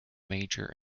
major